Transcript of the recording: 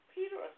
Peter